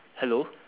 hello